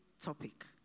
topic